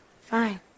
fine